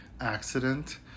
accident